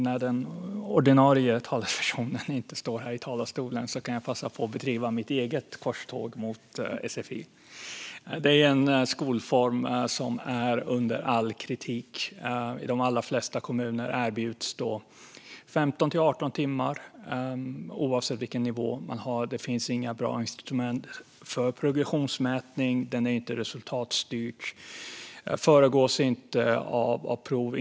När den ordinarie talespersonen inte står i talarstolen kan jag ju passa på att bedriva mitt eget korståg mot sfi. Sfi är en skolform som är under all kritik. I de allra flesta kommuner erbjuds 15-18 timmar, oavsett vilken nivå man har. Det finns inga bra instrument för progressionmätning, den är inte resultatstyrd och den föregås inte av prov.